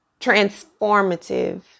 transformative